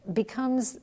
becomes